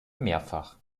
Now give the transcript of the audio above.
mehrfach